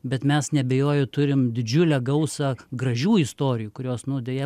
bet mes neabejoju turim didžiulę gausą gražių istorijų kurios nu deja